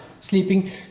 Sleeping